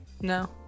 No